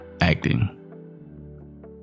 acting